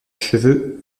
cheveux